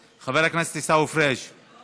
בשנת 2011 עבר מערך ביקורת הגבולות מאחריות משטרת ישראל